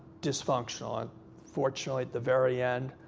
dysfunctional. and fortunately, at the very end,